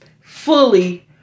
fully